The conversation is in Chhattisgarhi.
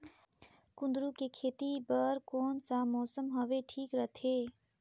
कुंदूरु के खेती बर कौन सा मौसम हवे ठीक रथे?